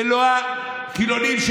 ולא החילונים,